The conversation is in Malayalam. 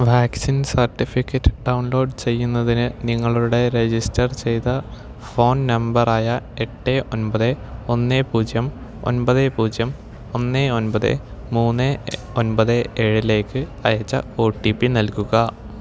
വാക്സിൻ സർട്ടിഫിക്കറ്റ് ഡൗൺലോഡ് ചെയ്യുന്നതിന് നിങ്ങളുടെ രജിസ്റ്റർ ചെയ്ത ഫോൺ നമ്പർ ആയ എട്ട് ഒൻപത് ഒന്ന് പൂജ്യം ഒൻപത് പൂജ്യം ഒന്ന് ഒൻപത് മുന്ന് ഒൻപത് ഏഴിലേക്ക് അയച്ച ഒ ടി പി നൽകുക